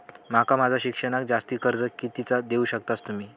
माका माझा शिक्षणाक जास्ती कर्ज कितीचा देऊ शकतास तुम्ही?